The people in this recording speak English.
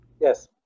Yes